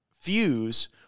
fuse